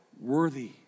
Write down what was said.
worthy